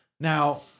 Now